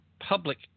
Public